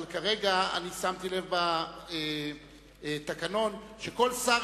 אבל כרגע שמתי לב שבתקנון נאמר שכל שר